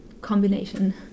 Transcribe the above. combination